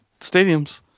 stadiums